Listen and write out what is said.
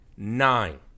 Nine